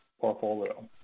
portfolio